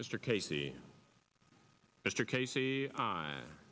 mr casey mr casey a